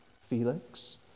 Felix